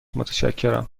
متشکرم